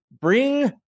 bring